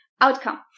outcome